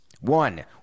One